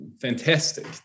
fantastic